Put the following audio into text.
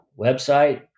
Website